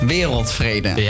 Wereldvrede